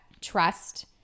trust